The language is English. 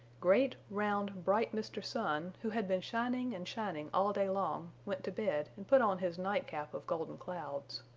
great round bright mr. sun, who had been shining and shining all day long, went to bed and put on his night cap of golden clouds.